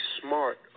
smart